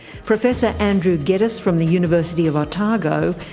professor andrew geddis from the university of otago,